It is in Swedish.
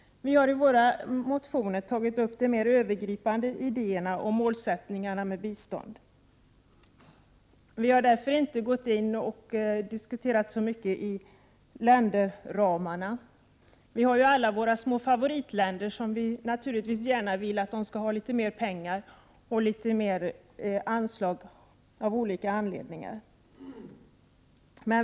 Vi har i våra motioner tagit upp de mer övergripande idéerna kring och målsättningarna för biståndet. Vi har därför inte diskuterat så mycket kring frågorna om länderramarna. Vi har ju alla partier våra favoritländer som vi vill skall få större anslag — av olika anledningar.